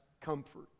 comfort